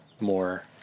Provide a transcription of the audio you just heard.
more